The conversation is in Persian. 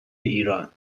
ایران